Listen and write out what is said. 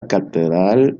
catedral